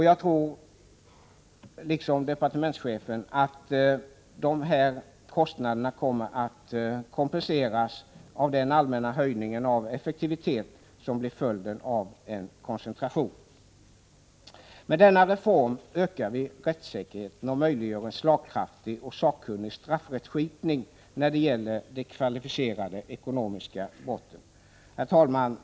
Jag tror att de kostnaderna kompenseras av den allmänna höjning av effektiviteten som blir följden av en koncentration. Med denna reform ökar vi rättssäkerheten och möjliggör en slagkraftig och sakkunnig straffrättskipning när det gäller de kvalificerade ekonomiska brotten. Herr talman!